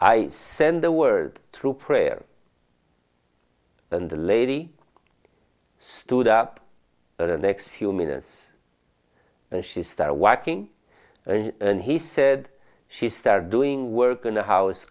i send the word through prayer and the lady stood up the next few minutes and she started walking and he said she started doing work in the house